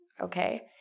Okay